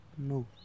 No